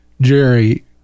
Jerry